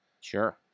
sure